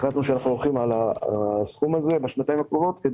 החלטנו שבשנתיים הקרובות אנחנו הולכים על הסכום